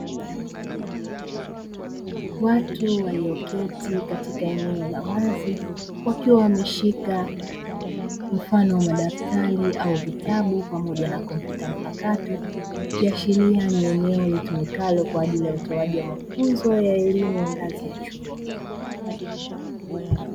Watu walioketi katika eneo la wazi wakiwa wamehsika mfano wa daftari au vitabu pamoja na kompyuta mpakato, ikiashiria ni eneo litummikalo kwa ajili ya kutoa mafunzo ya elimu ya juu ngazi ya chuo.